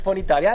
צפון איטליה,